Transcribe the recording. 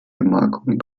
gemarkung